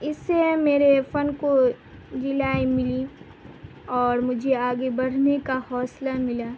اس سے میرے فن کو جلائیں ملی اور مجھے آگے بڑھنے کا حوصلہ ملا